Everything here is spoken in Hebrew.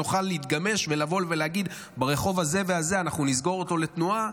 נוכל להתגמש ולבוא ולהגיד: את הרחוב הזה והזה נסגור לתנועה,